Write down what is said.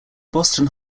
boston